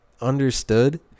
understood